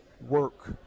work